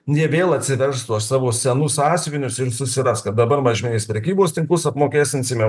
ne vėl atsivers tuos savo senus sąsiuvinius ir susiras kad dabar mažmeninės prekybos tinklus apmokestinsime